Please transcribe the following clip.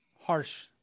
harsh